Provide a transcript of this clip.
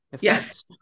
Yes